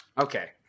Okay